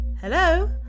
Hello